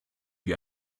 wie